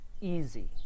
easy